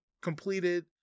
completed